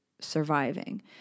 surviving